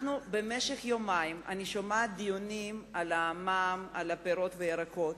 במשך יומיים אני שומעת דיונים בנושא המע"מ על פירות וירקות